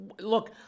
look